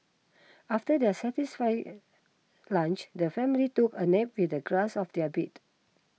after their satisfying lunch the family took a nap with the grass of their bed